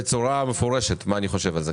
ואני אמרתי בצורה מפורשת מה אני חושב על זה.